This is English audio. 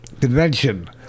convention